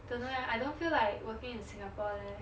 that's why I don't feel like working in singapore leh